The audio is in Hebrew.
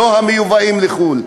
לא המיובאים מחו"ל.